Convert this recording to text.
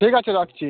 ঠিক আছে রাখছি